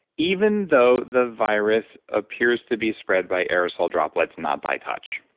even though the virus appears to be spread by aerosol droplets, not by touch.